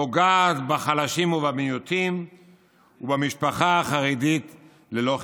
פוגעת בחלשים ובמיעוטים ובמשפחה החרדית ללא חמלה.